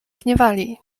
gniewali